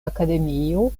akademio